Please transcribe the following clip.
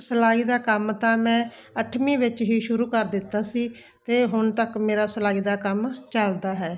ਸਿਲਾਈ ਦਾ ਕੰਮ ਤਾਂ ਮੈਂ ਅੱਠਵੀਂ ਵਿੱਚ ਹੀ ਸ਼ੁਰੂ ਕਰ ਦਿੱਤਾ ਸੀ ਅਤੇ ਹੁਣ ਤੱਕ ਮੇਰਾ ਸਿਲਾਈ ਦਾ ਕੰਮ ਚੱਲਦਾ ਹੈ